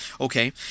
okay